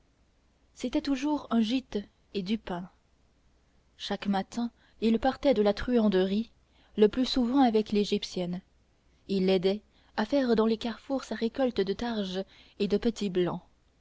c'était toujours un gîte et du pain chaque matin il partait de la truanderie le plus souvent avec l'égyptienne il l'aidait à faire dans les carrefours sa récolte de targes et de